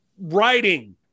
writing